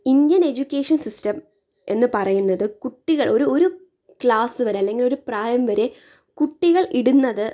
Indian education system എന്ന് പറയുന്നത് കുട്ടികൾ ഒരു ഒരു ക്ലാസ് വരെ അല്ലെങ്കിൽ ഒരു പ്രായം വരെ കുട്ടികൾ ഇടുന്നത്